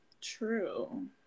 True